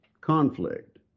conflict